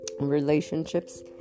relationships